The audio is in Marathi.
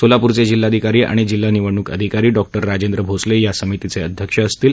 सोलाप्रचे जिल्हाधिकारी आणि जिल्हा निवडणूक अधिकारी डॉक्टर राजेंद्र भोसले हे या समितीचे अध्यक्ष असतील